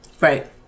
Right